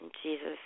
Jesus